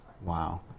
Wow